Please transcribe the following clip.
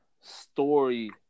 story